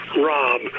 Rob